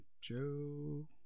Joe